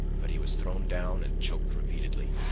but he was thrown down and choked repeatedly,